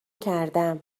کردم